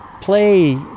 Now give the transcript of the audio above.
play